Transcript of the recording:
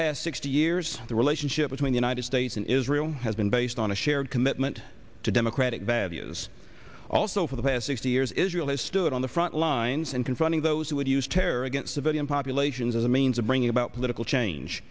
past sixty years the relationship between united states and israel has been based on a shared commitment to democratic values also for the past sixty years israel has stood on the front lines in confronting those who would use terror against civilian populations as a means of bringing about political change